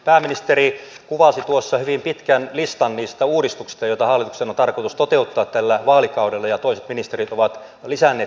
pääministeri kuvasi tuossa hyvin pitkän listan niistä uudistuksista joita hallituksen on tarkoitus toteuttaa tällä vaalikaudella ja toiset ministerit ovat lisänneet tätä listaa